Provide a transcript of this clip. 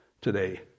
today